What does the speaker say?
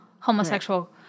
homosexual